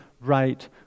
right